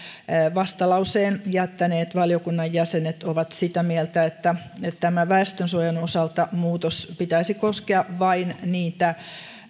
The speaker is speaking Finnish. vastalauseen jättäneet valiokunnan jäsenet ovat sitä mieltä että väestönsuojan osalta muutoksen pitäisi koskea vain niitä